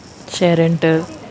share rental